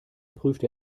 prüfte